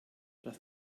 das